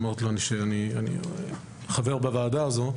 אמרתי לו שאני חבר בוועדה הזו,